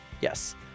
Yes